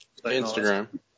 Instagram